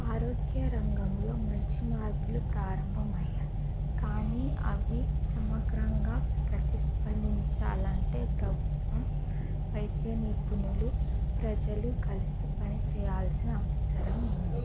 ఆరోగ్య రంగంలో మంచి మార్పులు ప్రారంభమయ్యాయి కానీ అవి సమగ్రంగా ప్రతిస్పందించాలి అంటే ప్రభుత్వం వైద్య నిపుణులు ప్రజలు కలిసి పని చేయాల్సిన అవసరం ఉంది